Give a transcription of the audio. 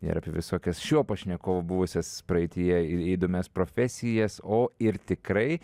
ir apie visokias šio pašnekovo buvusias praeityje ir įdomias profesijas o ir tikrai